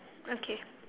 okay